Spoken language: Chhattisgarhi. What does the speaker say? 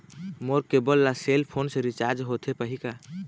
मोर केबल ला सेल फोन से रिचार्ज होथे पाही का?